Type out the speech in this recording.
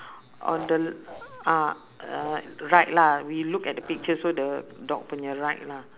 on the uh uh right lah we look at the picture so the dog punya right lah